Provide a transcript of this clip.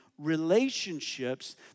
relationships